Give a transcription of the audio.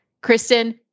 Kristen